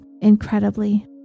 incredibly